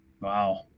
Wow